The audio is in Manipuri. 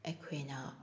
ꯑꯩꯈꯣꯏꯅ